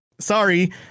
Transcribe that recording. Sorry